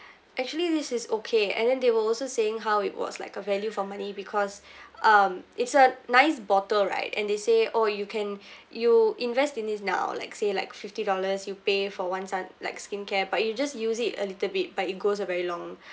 actually this is okay and then they were also saying how it was like a value for money because um it's a nice bottle right and they say oh you can you invest in this now like say like fifty dollars you pay for once uh like skincare but you just use it a little bit but it goes a very long